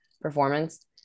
performance